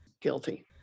Guilty